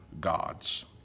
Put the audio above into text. gods